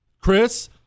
Chris